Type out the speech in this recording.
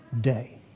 day